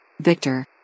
Victor